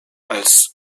als